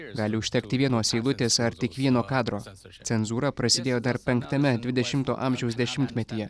gali užtekti vienos eilutės ar tik vieno kadro cenzūra prasidėjo dar penktame dvidešimto amžiaus dešimtmetyje